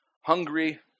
hungry